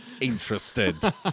interested